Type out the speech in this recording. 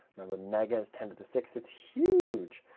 remember, mega is ten to the six. it's huge.